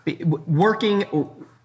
Working